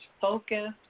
focused